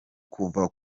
kuva